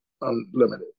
Unlimited